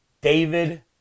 David